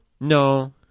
No